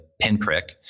pinprick